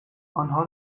آنها